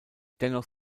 dennoch